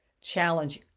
challenge